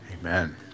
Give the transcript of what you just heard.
Amen